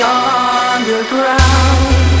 underground